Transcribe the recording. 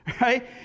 right